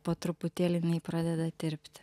po truputėlį jinai pradeda tirpti